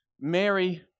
Mary